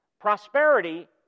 Prosperity